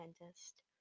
dentist